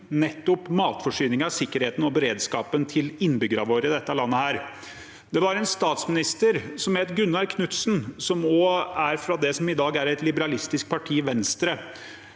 nettopp matforsyningen, sikkerheten og beredskapen til innbyggerne våre i dette landet. Det var en statsminister som het Gunnar Knudsen – som var fra det som i dag er et liberalistisk parti, Venstre